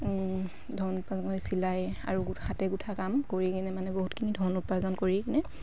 ধন উপাৰ্জন কৰি চিলাই আৰু হাতে গোঁঠা কাম কৰি কিনে মানে বহুতখিনি ধন উপাৰ্জন কৰি কিনে